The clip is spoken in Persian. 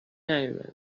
نیومده